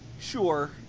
Sure